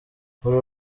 uru